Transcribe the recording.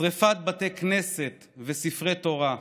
שרפת בתי כנסת וספרי תורה.